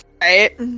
Right